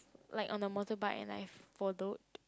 like on a motorbike and I followed